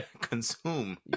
consume